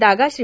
Daga Shri